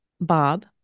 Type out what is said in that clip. Bob